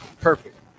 perfect